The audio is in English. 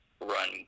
run